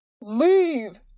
Leave